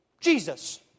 Jesus